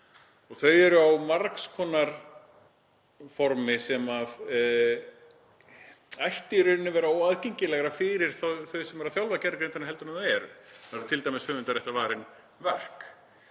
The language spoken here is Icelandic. Þau eru á margs konar formi og ættu í rauninni að vera óaðgengilegri fyrir þau sem eru að þjálfa gervigreindina heldur en þau eru. Það eru t.d. höfundaréttarvarin verk.